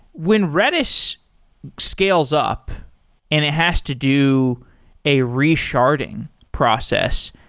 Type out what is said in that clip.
when redis scales up and it has to do a re-sharding process,